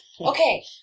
Okay